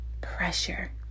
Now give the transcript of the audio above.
pressure